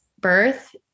birth